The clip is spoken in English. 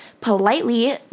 politely